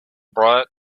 bright